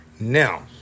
Now